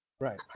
Right